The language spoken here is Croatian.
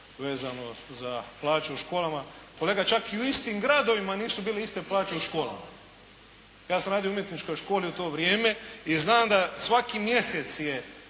vezano za plaću u školama, kolega čak i u istim gradovima nisu bile iste plaće u školama. Ja sam radio u umjetničkoj školi u to vrijeme i znam da svaki mjesec je